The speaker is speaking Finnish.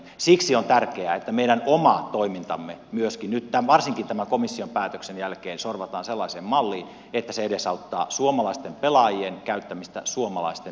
siksi on tärkeää että meidän oma toimintamme myöskin nyt varsinkin tämän komission päätöksen jälkeen sorvataan sellaiseen malliin että se edesauttaa suomalaisia pelaajia käyttämään suomalaisten peliyhtiöiden tuotteita